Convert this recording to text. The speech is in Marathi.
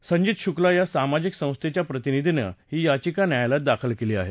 संजीत शुक्ला या सामाजिक संस्थेच्या प्रतिनिधीनं ही याचिका न्यायालयात दाखल केली आहे